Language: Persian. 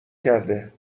کرده